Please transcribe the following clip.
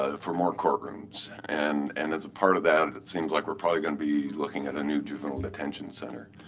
ah for more courtrooms. and and as a part of that it seems like we're probably going to be looking at a new juvenile detention center.